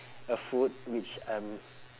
a food which I'm